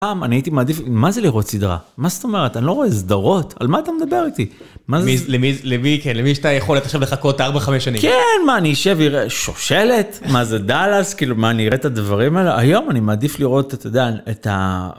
פעם אני הייתי מעדיף... מה זה לראות סדרה? מה זאת אומרת, אני לא רואה סדרות, על מה אתה מדבר איתי? מה ז... - למי, כן, למי יש את היכולת עכשיו לחכות 4-5 שנים. - כן, מה, אני אשב ואראה שושלת?! מה זה, דאלאס? כאילו מה, אני אראה את הדברים האלה? היום אני מעדיף לראות, אתה יודע, את ה...